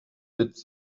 did